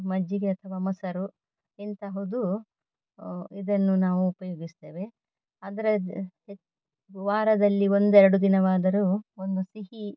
ಮಜ್ಜಿಗೆ ಅಥವಾ ಮೊಸರು ಇಂತಹುದು ಇದನ್ನು ನಾವು ಉಪಯೋಗಿಸ್ತೇವೆ ಅದರ ಜ ಹೆಚ್ಚು ವಾರದಲ್ಲಿ ಒಂದೆರಡು ದಿನವಾದರೂ ಒಂದು ಸಿಹಿ